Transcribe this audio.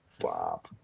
Bob